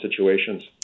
situations